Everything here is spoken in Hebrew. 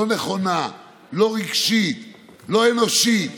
לא נכונה, לא רגשית, לא אנושית.